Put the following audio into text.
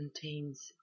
contains